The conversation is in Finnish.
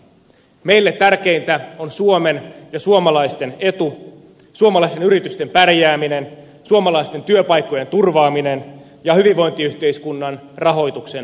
meille tärkeintä on suomen ja suomalaisten etu suomalaisten yritysten pärjääminen suomalaisten työpaikkojen turvaaminen ja hyvinvointiyhteiskunnan rahoituksen varmistaminen